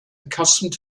accustomed